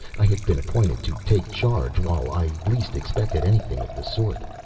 i had been appointed to take charge while i least expected anything of the sort,